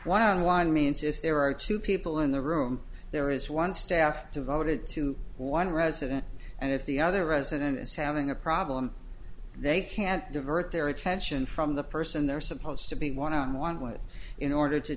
one on one means if there are two people in the room there is one staff to voted to one resident and if the other resident is having a problem they can't divert their attention from the person they're supposed to be one on one with in order to